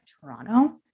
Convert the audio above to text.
Toronto